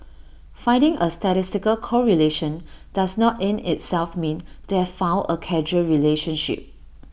finding A statistical correlation does not in itself mean they have found A causal relationship